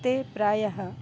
ते प्रायः